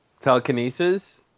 Telekinesis